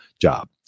job